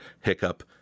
Hiccup